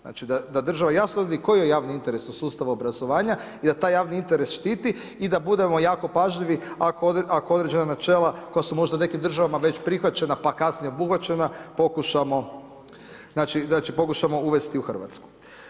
Znači, da država jasno vidi koji je javni interes u sustavu obrazovanju i da taj javni interes štiti i da budemo jako pažljivi ako određena načela, koja su možda u nekim državama već prihvaćena, pa kasnije obuhvaćena pokušamo uvesti u Hrvatsku.